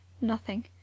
nothing